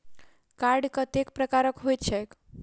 Card कतेक प्रकारक होइत छैक?